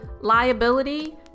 liability